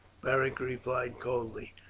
beric replied coldly.